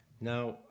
Now